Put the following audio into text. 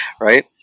right